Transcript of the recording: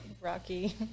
rocky